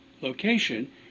location